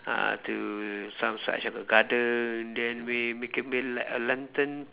uh to some side have a garden then ma~ make it be like a lantern